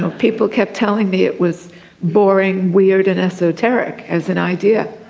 people kept telling me it was boring, weird and esoteric as an idea.